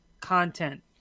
content